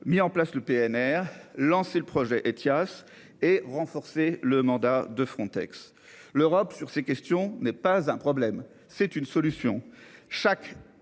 mis en place le PNR lancé le projet Ethias et renforcer le mandat de Frontex, l'Europe, sur ces questions n'est pas un problème. C'est une solution.